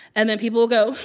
and then people will go,